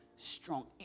Strong